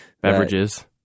Beverages